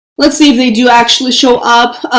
let's see if they do actually show up.